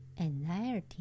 anxiety